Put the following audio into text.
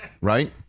right